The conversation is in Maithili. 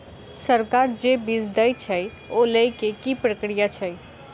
सरकार जे बीज देय छै ओ लय केँ की प्रक्रिया छै?